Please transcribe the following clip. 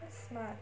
smart